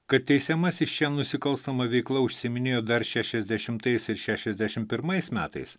kad teisiamasis šia nusikalstama veikla užsiiminėjo dar šešiasdešimtais ir šešiasdešim pirmais metais